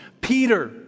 Peter